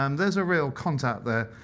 um there's a real contact there,